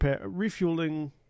refueling